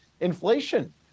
inflation